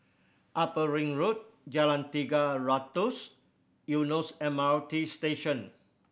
Upper Ring Road Jalan Tiga Ratus Eunos M R T Station